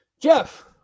Jeff